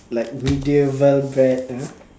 like medieval bread ah